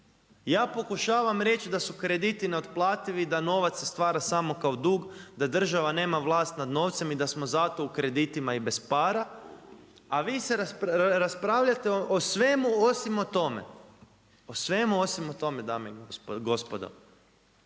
Ja pokušavam reći da su krediti neotplativi, da novac se stvara samo kao dug, da država nema vlast nad novcem i da smo zato u kreditima i bez para, a vi se raspravljate o svemu osim o tome. O svemu osim o tome, dame i gospodo.